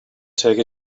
take